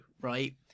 right